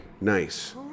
Nice